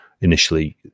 initially